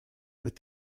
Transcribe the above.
but